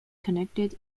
connected